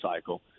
cycle